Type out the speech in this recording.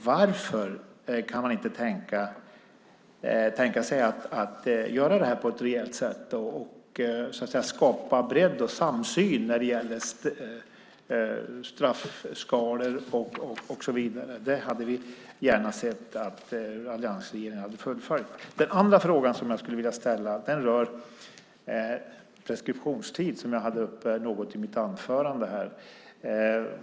Varför kan man inte tänka sig att göra det här på ett rejält sätt och skapa bredd och samsyn när det gäller straffskalor? Vi hade gärna sett att alliansregeringen hade fullföljt det. Min andra fråga rör preskriptionstid, vilket jag tog upp i mitt anförande.